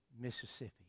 Mississippi